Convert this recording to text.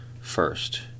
first